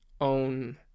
own